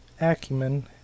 acumen